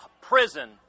prison